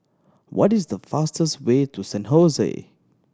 what is the fastest way to San Hose